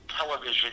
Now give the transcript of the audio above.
television